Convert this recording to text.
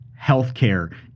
healthcare